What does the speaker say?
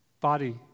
body